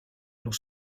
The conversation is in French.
nous